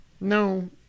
No